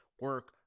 Work